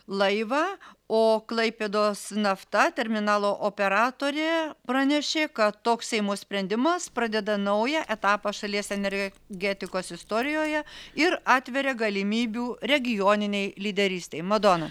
laivą o klaipėdos nafta terminalo operatorė pranešė kad toks seimo sprendimas pradeda naują etapą šalies energetikos istorijoje ir atveria galimybių regioninei lyderystei madona